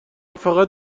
فقط